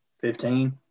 Fifteen